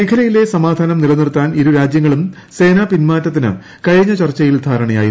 മേഖലയിലെ സമാധാനം നിലനിർത്താൻ ഇരു രാജ്യങ്ങളും സേനാ പിന്മാറ്റത്തിന് കഴിഞ്ഞ ചർച്ചയിൽ ധാരണയായിരുന്നു